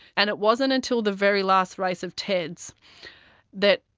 and it wasn't until the very last race of ted's that